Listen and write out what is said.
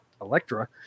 Electra